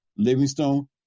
Livingstone